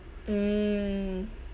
mm